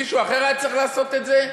מישהו אחר היה צריך לעשות את זה?